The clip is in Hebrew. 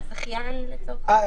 זכיין לצורך העניין.